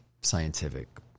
scientific